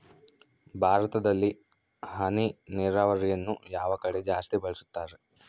ಭಾರತದಲ್ಲಿ ಹನಿ ನೇರಾವರಿಯನ್ನು ಯಾವ ಕಡೆ ಜಾಸ್ತಿ ಬಳಸುತ್ತಾರೆ?